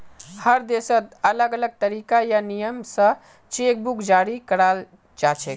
हर देशत अलग अलग तरीका या नियम स चेक बुक जारी कराल जाछेक